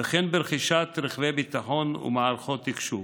וכן ברכישת רכבי ביטחון ומערכות תקשוב.